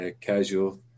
casual